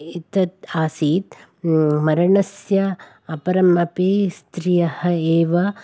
एतत् आसीत् मरणस्य अपरमपि स्त्रियः एव